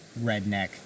redneck